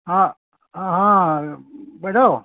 অঁ অঁ বাইদেউ